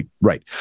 right